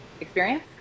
experience